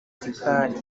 gikari